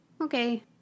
okay